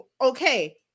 okay